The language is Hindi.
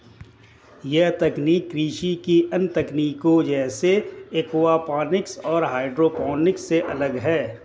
यह तकनीक कृषि की अन्य तकनीकों जैसे एक्वापॉनिक्स और हाइड्रोपोनिक्स से अलग है